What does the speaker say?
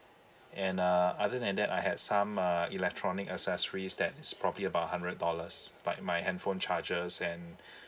and uh other than that I had some uh electronic accessories that is probably about hundred dollars like my handphone charges and